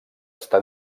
està